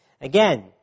Again